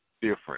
different